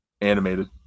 Animated